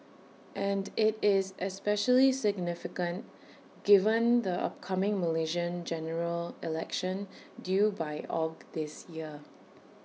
and IT is especially significant given the upcoming Malaysian General Election due by Aug this year